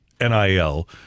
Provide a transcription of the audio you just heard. NIL